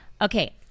okay